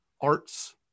arts